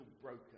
broken